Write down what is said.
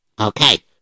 Okay